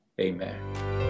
Amen